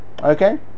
Okay